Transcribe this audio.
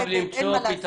אין מה לעשות,